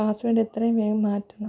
password എത്രയും വേഗം മാറ്റണം